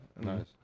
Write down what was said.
Nice